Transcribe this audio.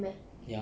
ya